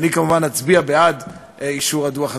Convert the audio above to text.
ואני כמובן אצביע בעד אישור הדוח הזה.